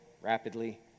rapidly